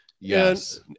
Yes